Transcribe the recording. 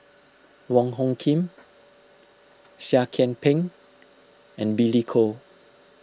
Wong Hung Khim Seah Kian Peng and Billy Koh